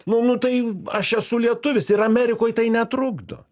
nu nu tai aš esu lietuvis ir amerikoj tai netrukdo